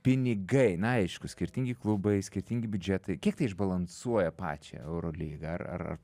pinigai na aišku skirtingi klubai skirtingi biudžetai kiek tai išbalansuoja pačią eurolygą ar ar ar